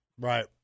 right